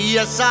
Yes